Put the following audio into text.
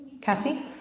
Kathy